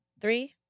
Three